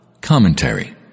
Commentary